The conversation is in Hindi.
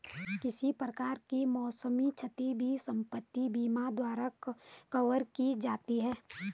किसी प्रकार की मौसम क्षति भी संपत्ति बीमा द्वारा कवर की जाती है